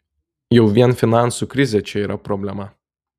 jau vien finansų krizė čia yra problema